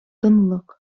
тынлык